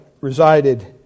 resided